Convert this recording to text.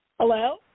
Hello